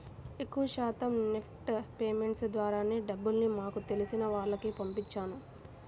ఎక్కువ శాతం NEFT payments ద్వారానే డబ్బుల్ని మాకు తెలిసిన వాళ్లకి పంపించాను